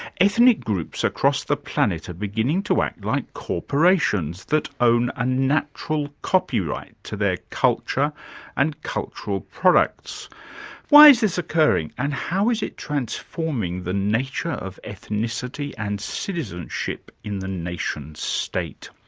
ethnic groups across the planet are beginning to act like corporations that own a natural copyright to their culture and cultural products why is this occurring, and how is it transforming the nature of ethnicity and citizenship in the nation-state?